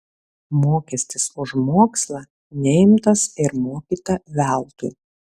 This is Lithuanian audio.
mokestis už mokslą neimtas ir mokyta veltui